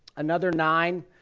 another nine